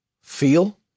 feel